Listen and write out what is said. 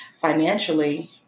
financially